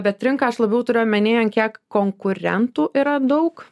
bet rinką aš labiau turiu omenyant kiek konkurentų yra daug